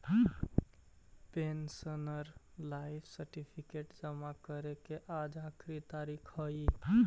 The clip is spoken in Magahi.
पेंशनर लाइफ सर्टिफिकेट जमा करे के आज आखिरी तारीख हइ